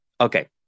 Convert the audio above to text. Okay